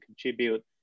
contribute